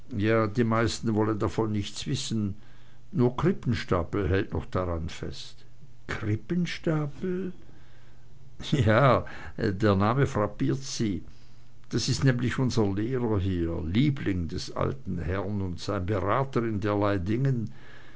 die meisten wollen nichts davon wissen nur krippenstapel hält noch daran fest krippenstapel ja der name frappiert sie das ist nämlich unser lehrer hier liebling des alten herrn und sein berater in derlei dingen